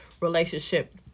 relationship